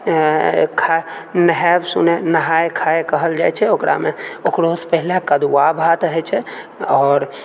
खा नहाएब सुनाएब नहाए खाए कहल जाइत छै ओकरामे ओकरोसँ पहिले कद्दुआ भात होइत छै आओर